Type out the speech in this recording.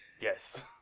Yes